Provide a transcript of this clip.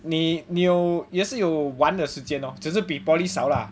你你有也是有玩的时间 lor 只是比 poly 少 lah